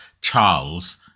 Charles